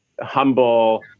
humble